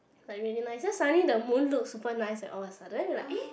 like really nice then suddenly the moon look super nice eh all a sudden then we like !eh!